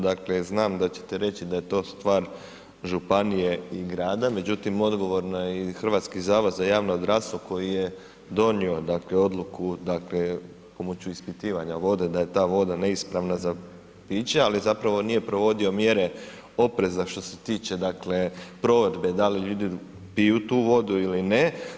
Dakle, znam da ćete reći da je to stvar županije i grada, međutim odgovorna je i Hrvatski zavod za javno zdravstvo koji je donio dakle odluku dakle pomoću ispitivanja vode da je ta voda neispravna za piće, ali zapravo nije provodio mjere opreza što se tiče dakle provedbe da li ljudi piju tu vodu ili ne.